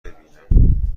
ببینم